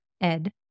Ed